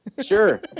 Sure